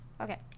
Okay